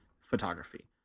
Photography